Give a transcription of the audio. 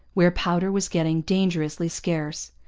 where powder was getting dangerously scarce.